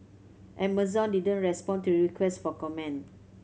Amazon didn't respond to requests for comment